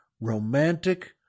romantic